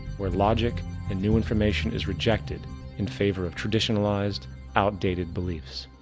where logic and new information is rejected in favor of traditionalized outdated beliefs.